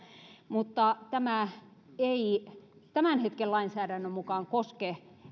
mutta tämä ei tämän hetken lainsäädännön mukaan koske